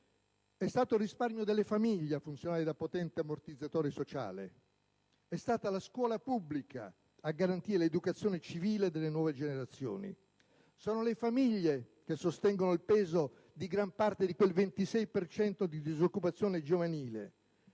è stato il risparmio delle famiglie a funzionare da potente ammortizzatore sociale. È stata la scuola pubblica a garantire l'educazione civile delle nuove generazioni. Sono le famiglie che sostengono il peso di gran parte di quel 26 per cento di disoccupazione giovanile.